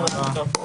הישיבה נעולה.